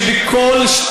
בלי הפסקה, נכנסות.